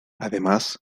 además